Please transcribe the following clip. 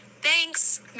Thanks